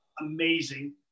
Amazing